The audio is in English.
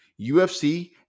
UFC